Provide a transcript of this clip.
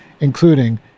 including